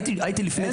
אין תרבות פה.